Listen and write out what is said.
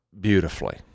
beautifully